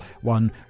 one